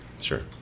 sure